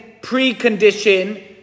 precondition